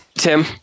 Tim